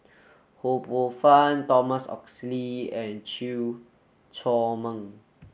Ho Poh Fun Thomas Oxley and Chew Chor Meng